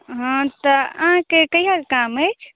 हँ तऽ अहाँके कहिया काम अछि